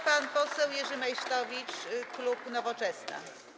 Pan poseł Jerzy Meysztowicz, klub Nowoczesna.